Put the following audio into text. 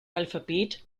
alphabet